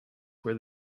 where